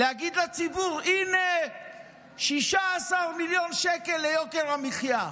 להגיד לציבור: הינה 16 מיליון שקל ליוקר המחיה,